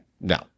no